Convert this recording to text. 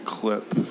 clip